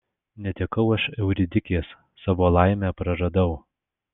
netekau aš euridikės savo laimę praradau